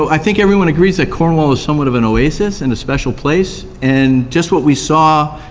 i think everyone agrees that cornwall is somewhat of an oasis and a special place, and just what we saw